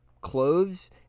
clothes